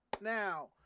Now